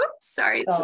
sorry